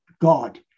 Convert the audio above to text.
God